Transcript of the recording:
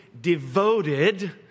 devoted